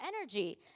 energy